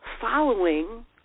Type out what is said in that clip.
following